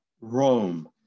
Rome